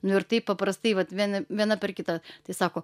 nu ir taip paprastai vat viena viena per kitą tai sako